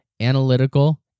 analytical